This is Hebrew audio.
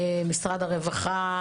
משרד הרווחה,